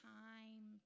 time